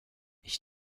ich